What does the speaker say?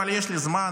אבל יש לי זמן,